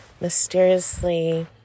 mysteriously